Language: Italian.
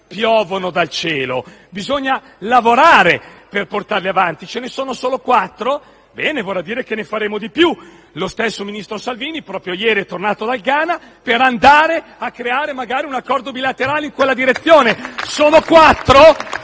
piovono dal cielo. Bisogna lavorare per portarli avanti. Ce ne sono solo quattro? Vorrà dire che ne faremo di più. Lo stesso ministro Salvini proprio ieri è tornato dal Ghana per andare a creare magari un accordo bilaterale in quella direzione. *(Applausi